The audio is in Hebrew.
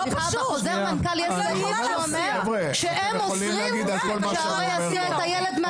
בחוזר מנכ"ל יש סעיף שאומר שהם אוסרים שהורה יסיע את הילד.